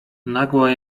nagłe